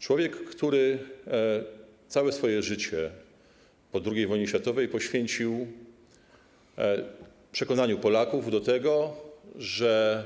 Człowiek, który całe swoje życie po II wojnie światowej poświęcił przekonywaniu Polaków do tego, że